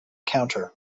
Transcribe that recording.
counter